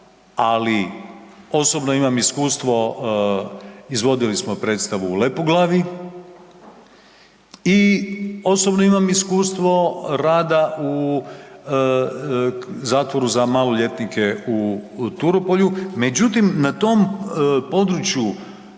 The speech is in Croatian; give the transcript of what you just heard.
ali osobno imam iskustvo, izvodili smo predstavu u Lepoglavi i osobno imam iskustvo rada u zatvoru za maloljetnike u Turopolju. Međutim, na tom području